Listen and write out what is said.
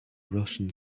russian